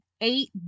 Eight